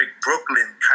Brooklyn